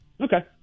Okay